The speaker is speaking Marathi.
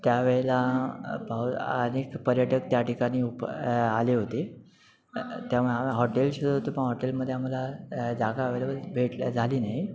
त्या वेळेला प अनेक पर्यटक त्या ठिकाणी उप आले होते तेव्हा हॉटेल शोधत होतो पण हॉटेलमध्ये जागा अवेलेबल भेटल्या झाली नाही